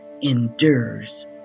endures